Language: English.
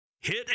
Hit